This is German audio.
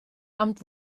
amt